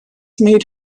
made